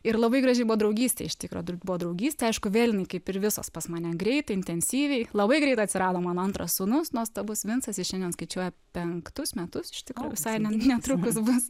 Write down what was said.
ir labai graži buvo draugystė iš tikro buvo draugystė aišku vėl jin kaip ir visos pas mane greitai intensyviai labai greit atsirado mano antras sūnus nuostabus vincas jis šiandien skaičiuoja penktus metus iš tikro visai netrukus bus